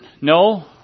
No